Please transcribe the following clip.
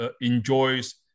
enjoys